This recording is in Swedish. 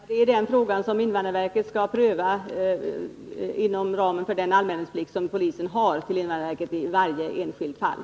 Herr talman! Det är den frågan som invandrarverket skall pröva inom ramen för den anmälningsplikt som polisen har gentemot invandrarverket i varje enskilt fall.